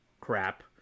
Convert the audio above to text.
crap